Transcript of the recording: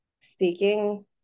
speaking